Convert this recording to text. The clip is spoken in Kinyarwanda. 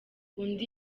undi